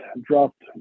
dropped